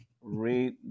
Read